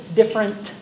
different